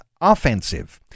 offensive